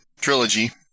trilogy